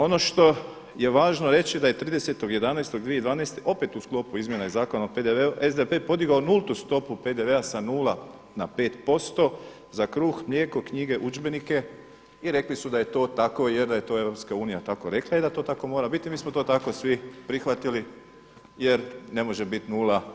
Ono što je važno reći da je 30.11.2012. opet u sklopu izmjena Zakona o PDV-u SDP-e podigao nultu stopu PDV-a sa 0 na 5% za kruh, mlijeko, knjige, udžbenike i rekli su da je to tako jer da je to Europska unija tako rekla i da to tako mora biti i mi smo to tako svi prihvatili jer ne može biti 0%